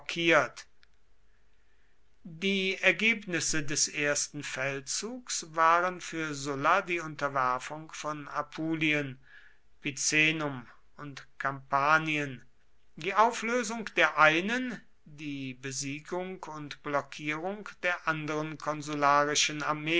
die ergebnisse des ersten feldzugs waren für sulla die unterwerfung von apulien picenum und kampanien die auflösung der einen die besiegung und blockierung der anderen konsularischen armee